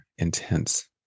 intense